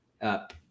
up